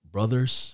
Brothers